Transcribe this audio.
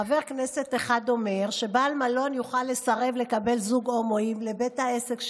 חבר כנסת אחד אומר שבעל מלון יוכל לסרב לקבל זוג הומואים לבית העסק שלו,